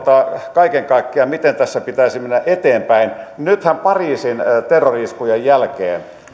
kaiken kaikkiaan siihen miten tässä pitäisi mennä eteenpäin nythän pariisin terrori iskujen jälkeen